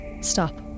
stop